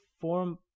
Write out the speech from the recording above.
form